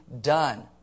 done